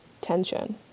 tension